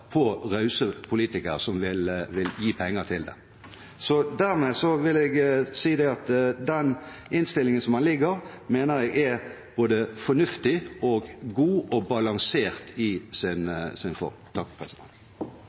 på rause politikere som vil gi penger til det. Jeg mener at innstillingen slik den foreligger, er både fornuftig, god og balansert i sin